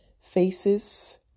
faces